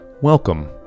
Welcome